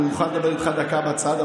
אני מוכן לדבר איתך דקה בצד.